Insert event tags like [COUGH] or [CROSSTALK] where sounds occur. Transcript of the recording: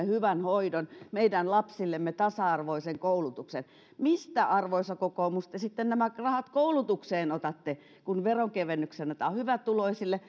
[UNINTELLIGIBLE] hyvän hoidon meidän lapsillemme tasa arvoisen koulutuksen mistä arvoisa kokoomus te sitten nämä rahat koulutukseen otatte kun veronkevennykset annetaan hyvätuloisille [UNINTELLIGIBLE]